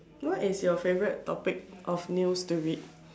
what is your favourite topic of news to read